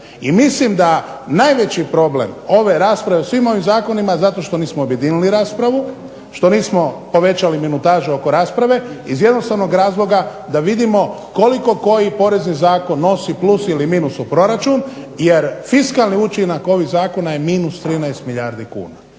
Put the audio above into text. I mislim da najveći problem ove rasprave o svim ovim zakonima je zato što nismo objedinili raspravu, što nismo povećali minutažu oko rasprave iz jednostavnog razloga da vidimo koliko koji porezni zakon nosi plus ili minus u proračun jer fiskalni učinak ovih zakona je -13 milijardi kuna.